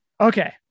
Okay